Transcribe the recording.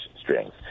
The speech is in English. strings